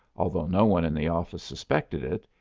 although no one in the office suspected it,